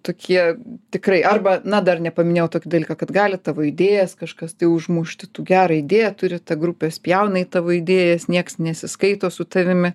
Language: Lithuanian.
tokie tikrai arba na dar nepaminėjau tokį dalyką kad gali tavo idėjas kažkas tai užmušti tu gerą idėją turi ta grupė spjauna į tavo idėjas nieks nesiskaito su tavimi